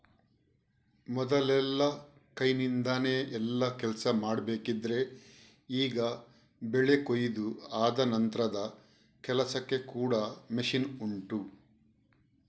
ಮೊದಲೆಲ್ಲ ಕೈನಿಂದಾನೆ ಎಲ್ಲಾ ಕೆಲ್ಸ ಮಾಡ್ಬೇಕಿದ್ರೆ ಈಗ ಬೆಳೆ ಕೊಯಿದು ಆದ ನಂತ್ರದ ಕೆಲ್ಸಕ್ಕೆ ಕೂಡಾ ಮಷೀನ್ ಉಂಟು